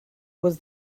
was